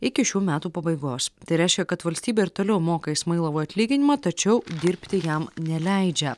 iki šių metų pabaigos tai reiškia kad valstybė ir toliau moka ismailovui atlyginimą tačiau dirbti jam neleidžia